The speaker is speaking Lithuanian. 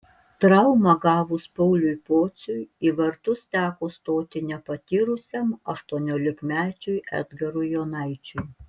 traumą gavus pauliui pociui į vartus teko stoti nepatyrusiam aštuoniolikmečiui edgarui jonaičiui